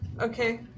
Okay